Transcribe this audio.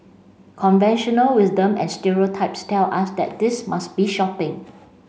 conventional wisdom and stereotypes tell us that this must be shopping